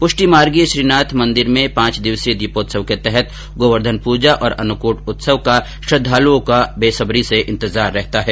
पुष्टि मार्गीय श्रीनाथजी मंदिर में पांच दिवसीय दीपोत्सव के तहत गोवर्धन पूजा और अन्नकूट उत्सव को श्रद्धालुओं को इंतजार रहता है